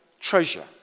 treasure